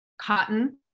cotton